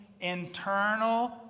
internal